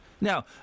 Now